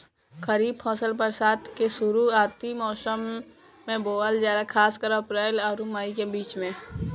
खरीफ फसल बरसात के शुरूआती मौसम में बोवल जाला खासकर अप्रैल आउर मई के बीच में